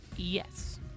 Yes